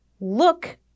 look